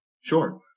Sure